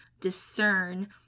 discern